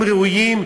הרווחתם.